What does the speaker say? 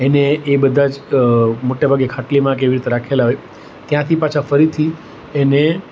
એને એ બધાં જ મોટેભાગે ખાટલીમાં કે એવી રીતે રાખેલાં હોય ત્યાંથી પાછા ફરીથી એને